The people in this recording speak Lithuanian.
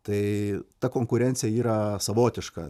tai ta konkurencija yra savotiška